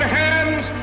hands